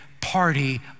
party